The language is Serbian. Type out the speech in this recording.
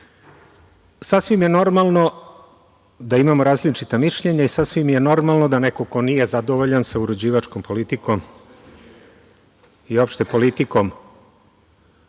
Sasvim je normalno da imamo različita mišljenja i sasvim je normalno da neko ko nije zadovoljan sa uređivačkom politikom i uopšte politikom